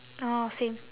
oh same